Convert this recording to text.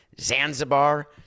Zanzibar